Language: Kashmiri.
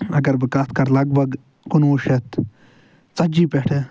اگر بہٕ کتھ کرٕ کُنوُہ شٮ۪تھ ژتجی پٮ۪ٹھٕ